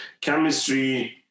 chemistry